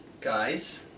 guys